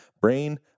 brain